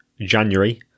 january